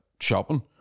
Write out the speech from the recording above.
shopping